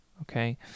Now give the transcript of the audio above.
okay